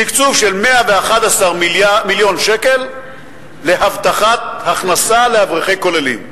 תקצוב של 111 מיליון שקל להבטחת הכנסה לאברכי כוללים.